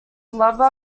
lover